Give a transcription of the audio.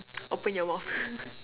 open your mouth